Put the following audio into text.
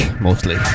mostly